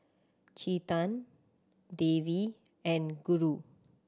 Chetan Devi and Guru